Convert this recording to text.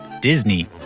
Disney